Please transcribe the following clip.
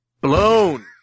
blown